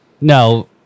no